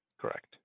Correct